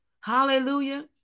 Hallelujah